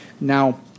Now